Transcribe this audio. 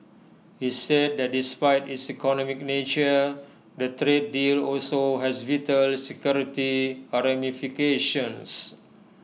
he said that despite its economic nature the trade deal also has vital security ramifications